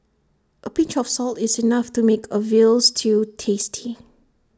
A pinch of salt is enough to make A Veal Stew tasty